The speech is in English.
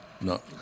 No